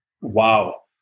wow